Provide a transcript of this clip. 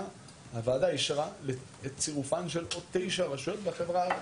הוועדה אישרה את צירופן של עוד תשע רשויות בחברה הערבית.